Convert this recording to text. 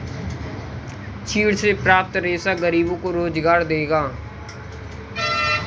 चीड़ से प्राप्त रेशा गरीबों को रोजगार देगा